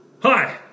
Hi